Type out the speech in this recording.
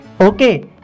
Okay